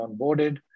onboarded